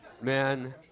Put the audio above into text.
Man